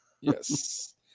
Yes